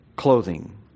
clothing